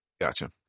Gotcha